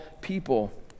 people